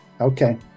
Okay